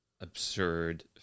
absurd